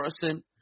person